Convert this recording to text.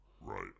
Right